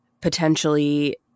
potentially